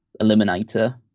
eliminator